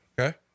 Okay